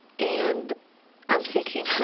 and i'm thinking,